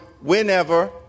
whenever